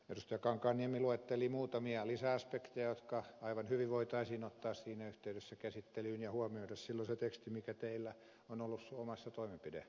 kankaanniemi luetteli muutamia lisäaspekteja jotka aivan hyvin voitaisiin ottaa siinä yhteydessä käsittelyyn ja huomioida silloin se teksti mikä teillä on ollut omassa toimenpidealoitteessanne